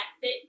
fit